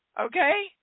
Okay